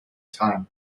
time